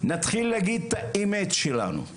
נתחיל להגיד את האמת שלנו.